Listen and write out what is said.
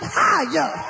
higher